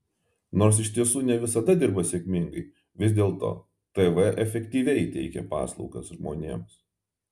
nors ir iš tiesų ne visada dirba sėkmingai vis dėlto tv efektyviai teikia paslaugas žmonėms